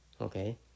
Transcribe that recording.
okay